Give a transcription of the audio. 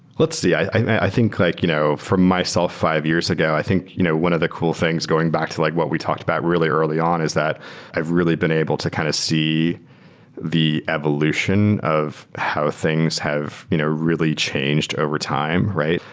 let's see. i i think like you know from myself fi ve years ago, i think you know one of the cool things going back to like what we talked about really early on is that i've really been able to kind of see the evolution of how things have you know really changed overtime, right?